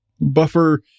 buffer